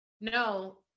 no